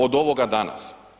Od ovoga danas.